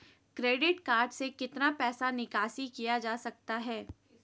Credit card से कितना पैसा निकासी किया जा सकता है?